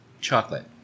Chocolate